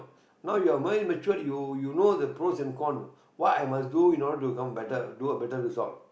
now you're ma~ matured you you know the pros and cons no what I must do in order to become better do a better result